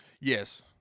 Yes